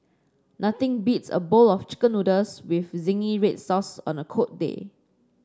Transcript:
nothing beats a bowl of chicken noodles with zingy red sauce on a cold day